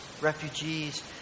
refugees